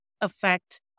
affect